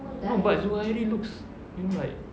no but zuhairi looks you know like